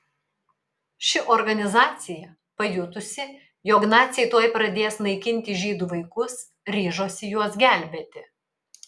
ši organizacija pajutusi jog naciai tuoj pradės naikinti žydų vaikus ryžosi juos gelbėti